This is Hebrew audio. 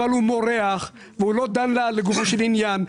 אבל הוא מורח והוא לא דן לגופו של עניין.